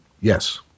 Yes